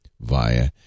via